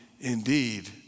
indeed